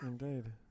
Indeed